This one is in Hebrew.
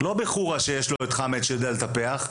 לא בחורה שיש לו את חאמד שיודע לטפח,